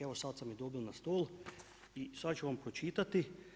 Evo sad sam ih dobil na stol i sad ću vam pročitati.